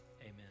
Amen